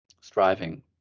striving